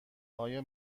آیا